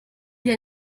hier